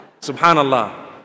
Subhanallah